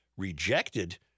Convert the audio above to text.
rejected